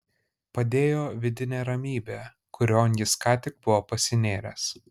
padėjo vidinė ramybė kurion jis ką tik buvo pasinėręs